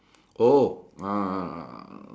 oh uh